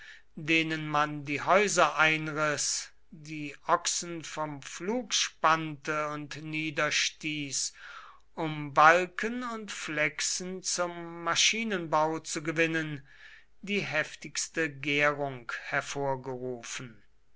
denen man die häuser einriß die ochsen vom pflug spannte und niederstieß um balken und flechsen zum maschinenbau zu gewinnen die heftigste gärung hervorgerufen